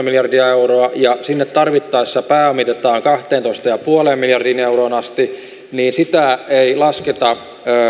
miljardia euroa ja sinne tarvittaessa pääomitetaan kahteentoista pilkku viiteen miljardiin euroon asti ei lasketa